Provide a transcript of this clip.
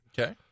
Okay